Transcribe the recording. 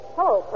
Hello